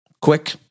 quick